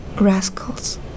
rascals